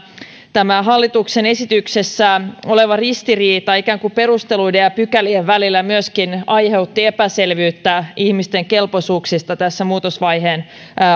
tämä hallituksen esityksessä oleva ristiriita perusteluiden ja pykälien välillä myöskin aiheutti epäselvyyttä ihmisten kelpoisuuksista tässä muutosvaiheen